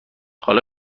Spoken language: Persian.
حالا